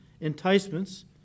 enticements